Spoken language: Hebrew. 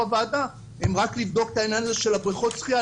הועדה רק לבדוק את העניין הזה של הבריכות שחייה,